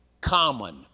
common